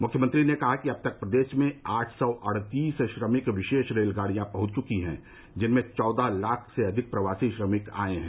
मुख्यमंत्री ने कहा कि अब तक प्रदेश में आठ सौ अड़तीस श्रमिक विशेष रेलगाड़ियां पहच चुकी हैं जिनसे चौदह लाख से अधिक प्रवासी श्रमिक आए हैं